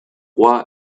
roi